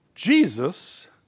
Jesus